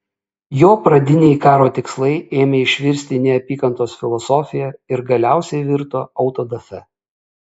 jo pradiniai karo tikslai ėmė išvirsti į neapykantos filosofiją ir galiausiai virto autodafė